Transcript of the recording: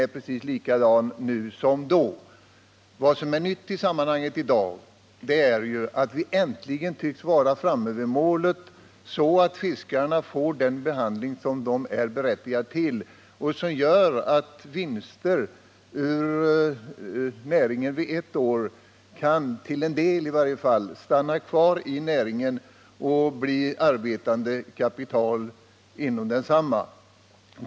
Vad som i dag är nytt i sammanhanget är att vi äntligen tycks vara framme vid målet, att yrkesfiskarna kan få den behandling som de är berättigade till och som möjliggör att vinster ur näringen ett år i varje fall till en del kan stanna kvar inom näringen och bli arbetande kapital inom densamma under ett annat år.